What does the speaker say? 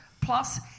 Plus